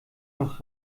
noch